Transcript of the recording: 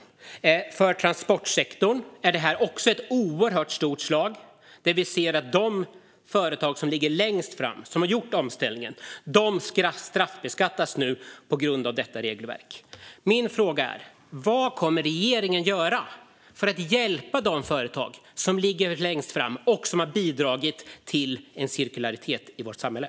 Också för transportsektorn är det här ett oerhört hårt slag. Vi ser att de företag som ligger längst fram, de som har gjort omställningen, nu straffbeskattas på grund av detta regelverk. Min fråga är: Vad kommer regeringen att göra för att hjälpa de företag som ligger längst fram och som har bidragit till en cirkularitet i vårt samhälle?